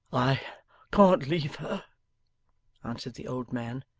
i can't leave her answered the old man.